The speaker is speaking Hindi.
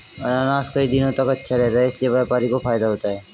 अनानास कई दिनों तक अच्छा रहता है इसीलिए व्यापारी को फायदा होता है